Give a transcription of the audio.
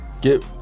get